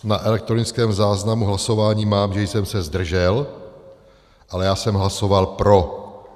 Na elektronickém záznamu hlasování mám, že jsem se zdržel, ale já jsem hlasoval pro.